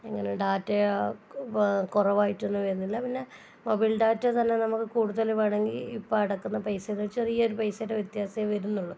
ഇങ്ങനെ ഡാറ്റാ കൊ കുറവായിട്ടൊന്നും വരുന്നില്ല പിന്നെ മൊബൈൽ ഡാറ്റ തന്നെ നമുക്ക് കൂടുതൽ വേണമെങ്കിൽ ഇപ്പം അടയ്ക്കുന്ന പൈസയ്ക്ക് ചെറിയൊരു പൈസയുടെ വ്യത്യാസമെ വരുന്നുള്ളു